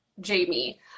jamie